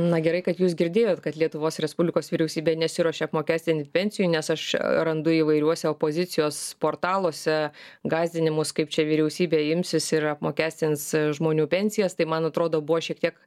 na gerai kad jūs girdėjot kad lietuvos respublikos vyriausybė nesiruošia apmokestinti pensijų nes aš randu įvairiuose opozicijos portaluose gąsdinimus kaip čia vyriausybė imsis ir apmokestins žmonių pensijas tai man atrodo buvo šiek tiek